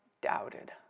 doubted